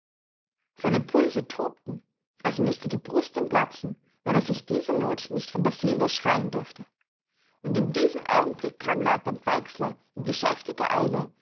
seine pulse tobten als müßte die brust ihm platzen wenn er sich diese not nicht von der seele schreien durfte und in diesem augenblick kam leutnant weixler in geschäftiger eile